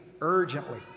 urgently